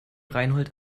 reinhold